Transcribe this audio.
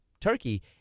turkey